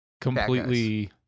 completely